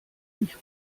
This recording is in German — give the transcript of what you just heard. nicht